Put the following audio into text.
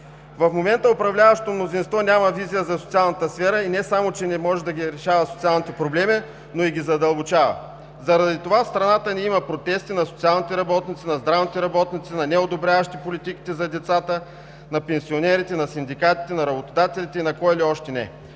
В момента управляващото мнозинство няма визия за социалната сфера и не само че не може да решава социалните проблеми, но ги и задълбочава. Заради това в страната ни има протести на социалните работници, на здравните работници, на неодобряващите политиките за децата, на пенсионерите, на синдикатите, на работодателите и на кой ли още не.